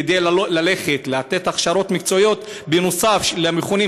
כדאי ללכת לתת הכשרות מקצועיות נוסף על המכונים,